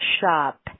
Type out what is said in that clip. Shop